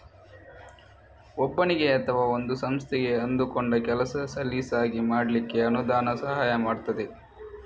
ಒಬ್ಬನಿಗೆ ಅಥವಾ ಒಂದು ಸಂಸ್ಥೆಗೆ ಅಂದುಕೊಂಡ ಕೆಲಸ ಸಲೀಸಾಗಿ ಮಾಡ್ಲಿಕ್ಕೆ ಅನುದಾನ ಸಹಾಯ ಮಾಡ್ತದೆ